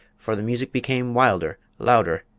for the music became wilder, louder,